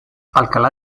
alcalá